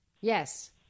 Yes